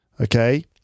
Okay